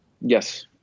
Yes